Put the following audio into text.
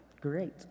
Great